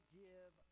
give